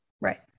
Right